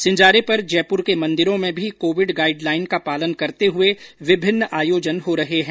सिंजारे पर जयपुर के मंदिरों में भी कोविड गाइड लाइन का पालन करते हुए विभिन्न आयोजन हो रहे हैं